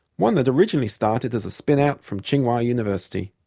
one that originally started as a spin-out from tsinghua university.